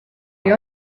oli